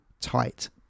tight